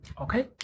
Okay